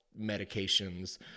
medications